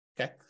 Okay